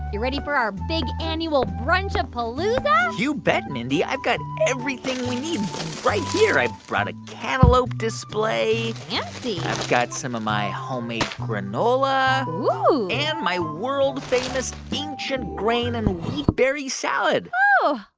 you ready for our big, annual brunchapalooza? you bet, mindy. i've got everything we need right here. i brought a cantaloupe display fancy i've got some of my homemade granola and my world famous ancient grain and wheat berry salad oh,